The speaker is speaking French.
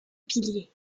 piliers